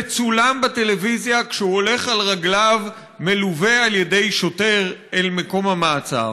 וצולם בטלוויזיה כשהוא הולך על רגליו מלווה על ידי שוטר אל מקום המעצר,